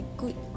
good